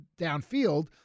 downfield –